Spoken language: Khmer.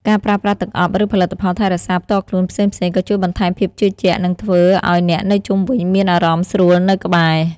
ការប្រើប្រាស់ទឹកអប់ ឬផលិតផលថែរក្សាផ្ទាល់ខ្លួនផ្សេងៗ ក៏ជួយបន្ថែមភាពជឿជាក់ និងធ្វើឲ្យអ្នកនៅជុំវិញមានអារម្មណ៍ស្រួលនៅក្បែរ។